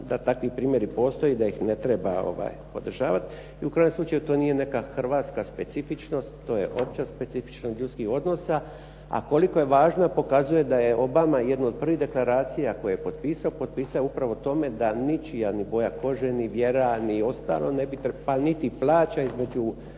da takvi primjeri postoje da ih ne treba podržavati. I u krajnjem slučaju to nije neka hrvatska specifičnost, to je opća specifičnost ljudskih odnosa a koliko je važna, pokazuje da je Obama jednu od prvih deklaracija koje je potpisao potpisao je upravo o tome da ničija ni boja kože, ni vjera niti ostalo, pa niti plaća između